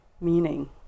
meaning